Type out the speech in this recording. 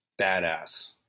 badass